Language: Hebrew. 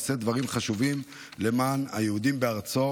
העושה דברים חשובים למען היהודים בארצו,